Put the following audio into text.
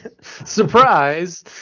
Surprise